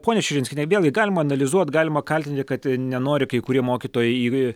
ponia širinskiene vėlgi galima analizuot galima kaltinti kad nenori kai kurie mokytojai